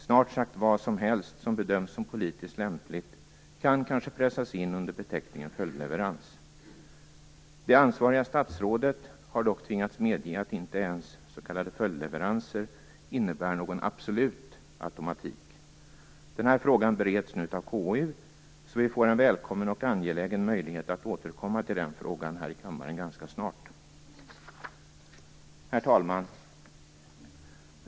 Snart sagt vad som helst som bedöms som politiskt lämpligt kan kanske pressas in under beteckningen följdleverans. Det ansvariga statsrådet har dock tvingats medge att inte ens s.k. följdleveranser innebär någon absolut automatik. Den här frågan bereds nu av KU, och vi får en välkommen och angelägen möjlighet att återkomma till den frågan här i kammaren ganska snart. Herr talman!